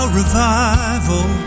revival